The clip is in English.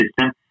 system